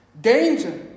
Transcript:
Danger